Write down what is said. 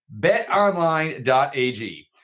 betonline.ag